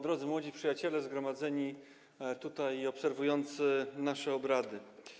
Drodzy Młodzi Przyjaciele zgromadzeni tutaj i obserwujący nasze obrady!